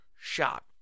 shot